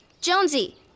Jonesy